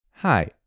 Hi